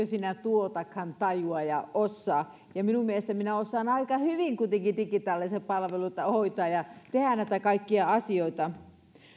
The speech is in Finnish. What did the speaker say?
sinä tuotakaan tajua ja osaa ja minun mielestäni minä osaan aika hyvin kuitenkin digitaalisia palveluita hoitaa ja tehdä näitä kaikkia asioita